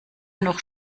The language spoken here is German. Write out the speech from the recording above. noch